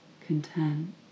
content